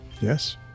yes